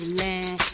land